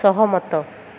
ସହମତ